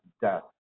death